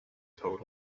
told